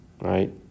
right